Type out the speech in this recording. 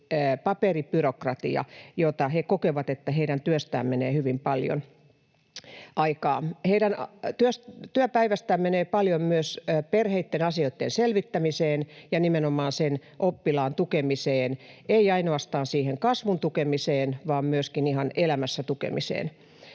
paperibyrokratia, josta he kokevat, että siihen heidän työstään menee hyvin paljon aikaa. Heidän työpäivästään menee paljon myös perheitten asioitten selvittämiseen ja nimenomaan sen oppilaan tukemiseen, ei ainoastaan siihen kasvun tukemiseen vaan myöskin ihan elämässä tukemiseen.